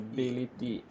Ability